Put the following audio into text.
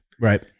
Right